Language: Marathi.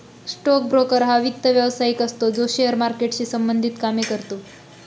स्टोक ब्रोकर हा वित्त व्यवसायिक असतो जो शेअर मार्केटशी संबंधित कामे करतो